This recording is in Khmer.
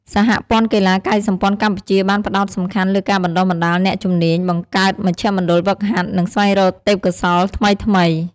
សហព័ន្ធកីឡាកាយសម្ព័ន្ធកម្ពុជាបានផ្តោតសំខាន់លើការបណ្តុះបណ្តាលអ្នកជំនាញ បង្កើតមជ្ឈមណ្ឌលហ្វឹកហាត់ និងស្វែងរកទេពកោសល្យថ្មីៗ។